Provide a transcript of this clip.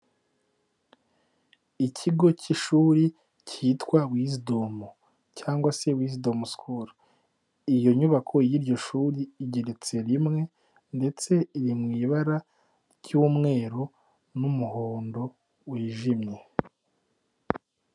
Ikigo k'ishuri kitwa wisdom cyangwa se wisdom school. Iyo nyubako y'iryo shuri igeretse rimwe ndetse iri mu ibara ry'umweru n'umuhondo wijimye.